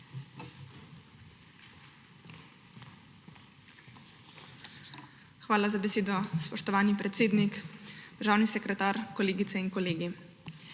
Hvala za besedo, spoštovani predsednik. Državni sekretar, kolegice in kolegi!